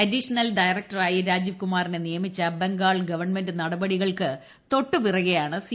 additional ഡയറക്ടറായി രാജീവ്കുമാറിനെ നിയമിച്ച ബംഗാൾ ഗവൺമെന്റ് നടപടികൾക്കു തൊട്ടു പിറകെയാണ് സി